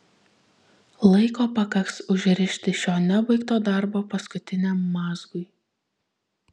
laiko pakaks užrišti šio nebaigto darbo paskutiniam mazgui